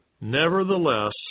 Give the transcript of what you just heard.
Nevertheless